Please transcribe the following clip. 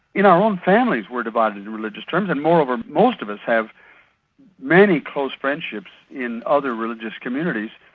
in our own families we're divided in religious terms, and moreover, most of us have many close friendships in other religious communities.